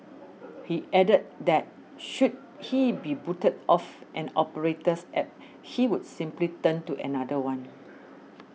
he added that should he be booted off an operator's App he would simply turn to another one